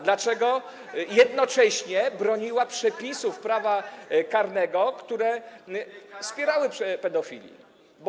Dlaczego jednocześnie broniła przepisów prawa karnego, które wspierały pedofilów?